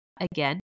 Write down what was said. again